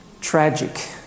tragic